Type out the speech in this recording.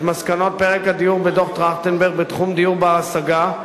את מסקנות פרק הדיור בדוח-טרכטנברג בתחום דיור בר-השגה,